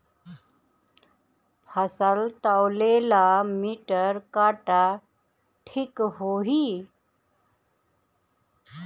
फसल तौले ला मिटर काटा ठिक होही?